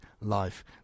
life